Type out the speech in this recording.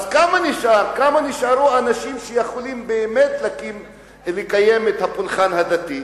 אז כמה אנשים נשארו שיכולים באמת לקיים את הפולחן הדתי?